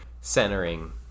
centering